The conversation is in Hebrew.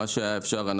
מה שאפשר היה,